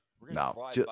No